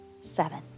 Seven